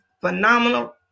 phenomenal